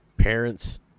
parents